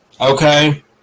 Okay